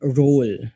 role